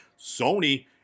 Sony